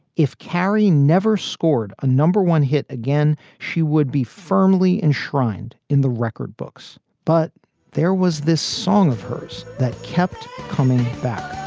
if carrie never scored a number one hit again, she would be firmly enshrined in the record books but there was this song of hers that kept coming back